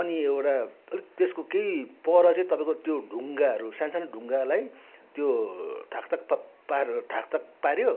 अनि एउटा अलिक त्यसको केही पर चाहिँ तपाईँको त्यो ढुङ्गाहरू सानसानो ढुङ्गाहरूलाई त्यो थाक थाक पारेर थाक थाक पार्यो